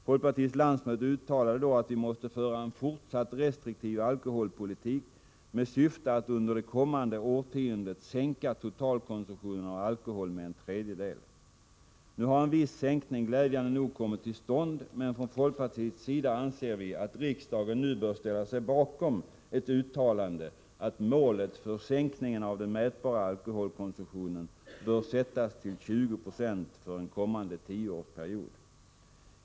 Folkpartiets landsmöte uttalade då att vi måste föra en fortsatt restriktiv alkoholpolitik med syfte att under det kommande årtiondet sänka totalkonsumtionen av alkohol med en tredjedel. Nu har en viss sänkning glädjande nog kommit till stånd, men från folkpartiets sida anser vi att riksdagen nu bör ställa sig bakom ett uttalande om att målet för sänkningen av den mätbara alkoholkonsumtionen bör sättas till 20 96 för en kommande tioårsperiod.